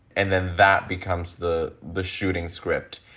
and then that becomes the the shooting script.